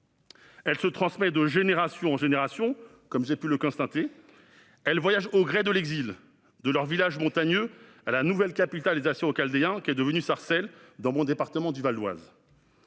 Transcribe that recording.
Elle se transmet de génération en génération, comme j'ai pu le constater. Elle voyage au gré de l'exil, des villages montagneux à la nouvelle capitale des Assyro-Chaldéens qu'est devenue Sarcelles, dans mon département du Val-d'Oise.